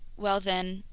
well then,